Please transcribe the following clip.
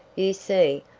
you see,